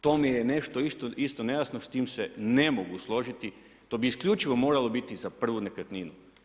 To mi je nešto isto nejasno, s tim se ne mogu složiti, to bi isključivo moralo biti za prvu nekretninu.